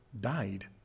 died